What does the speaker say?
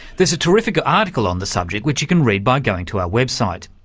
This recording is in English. there's a terrific article on the subject which you can read by going to our website.